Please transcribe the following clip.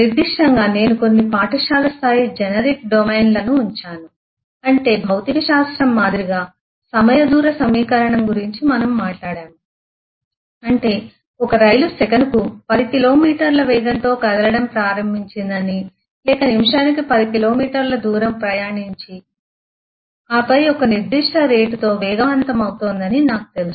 నిర్దిష్టంగా నేను కొన్ని పాఠశాల స్థాయి జెనరిక్ డొమైన్ లను ఉంచాను అంటే భౌతికశాస్త్రంలో మాదిరిగా సమయ దూర సమీకరణం గురించి మనము మాట్లాడాము అంటే ఒక రైలు సెకనుకు 10 కిలోమీటర్ల వేగంతో కదలడం ప్రారంభించిందని లేక నిమిషానికి 10 కిలోమీటర్ల దూరం ప్రయాణించి ఆపై ఒక నిర్దిష్ట రేటుతో వేగవంతం అవుతోందని నాకు తెలుసు